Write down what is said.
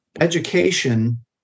education